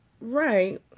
Right